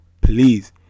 please